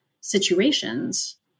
situations